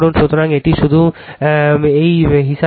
সুতরাং এটা শুধু এই হিসাব করা